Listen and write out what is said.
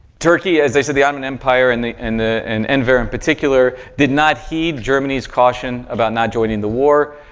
turkey, as i said, the ottoman empire and the and the and enver in particular, did not heed germany's caution about not joining the war.